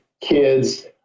kids